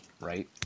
right